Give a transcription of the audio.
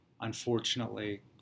Unfortunately